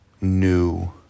new